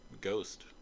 ghost